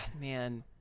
man